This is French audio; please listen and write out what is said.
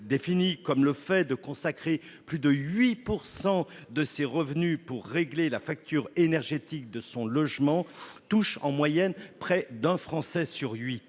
définie comme le fait de consacrer plus de 8 % de ses revenus pour régler la facture énergétique de son logement, touche en moyenne près d'un Français sur huit.